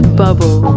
bubble